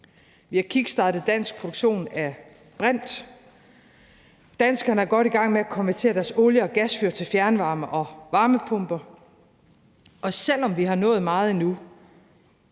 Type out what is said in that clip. Vi har kickstartet dansk produktion af brint. Danskerne er godt i gang med at konvertere deres olie- og gasfyr til fjernvarme og varmepumper. Vi har nået meget nu,